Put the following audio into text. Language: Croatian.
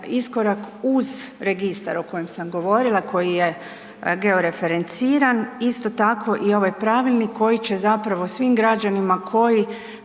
iskorak uz registar o kojem sam govorila, koji je georeferenciran. Isto tako i ovaj pravilnik koji će zapravo svim građanima koji